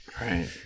Right